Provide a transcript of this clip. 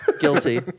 Guilty